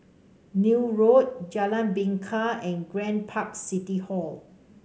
Neil Road Jalan Bingka and Grand Park City Hall